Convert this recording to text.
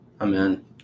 amen